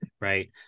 right